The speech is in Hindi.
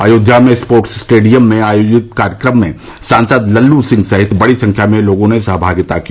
अयोध्या में स्पोर्टस स्टेडियम में आयोजित कार्यक्रम में सांसद लल्लू सिंह सहित बड़ी संख्या में लोगों ने सहभागिता की